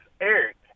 Eric